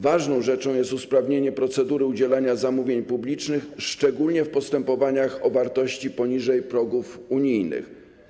Ważną rzeczą jest usprawnienie procedury udzielania zamówień publicznych, szczególnie w postępowaniach o wartości poniżej progów unijnych.